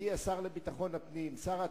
ידידי השר לביטחון הפנים, שר התחבורה,